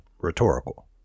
Rhetorical